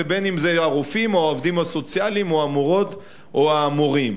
אם הרופאים או העובדים הסוציאליים או המורות או המורים,